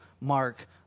Mark